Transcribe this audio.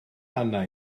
arna